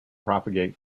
propagate